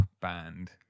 band